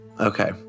Okay